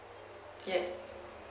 yes